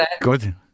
good